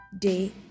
Day